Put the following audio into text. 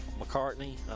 McCartney